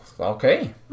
okay